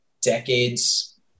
decades